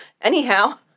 anyhow